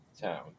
town